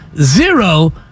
zero